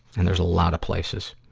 and there's a lot of places.